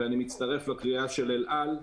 ואני מצטרף לקריאה של אל על,